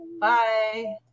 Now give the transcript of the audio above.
bye